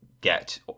Get